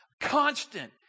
constant